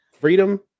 freedom